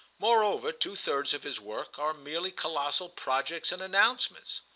moreover two-thirds of his work are merely colossal projects and announcements.